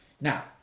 Now